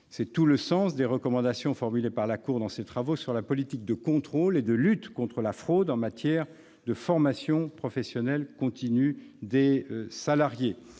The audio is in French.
C'est tout le sens des recommandations formulées par la Cour dans ses travaux sur la politique de contrôle et de lutte contre la fraude en matière de formation professionnelle continue des salariés.